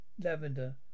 Lavender